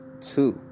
two